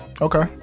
Okay